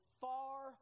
far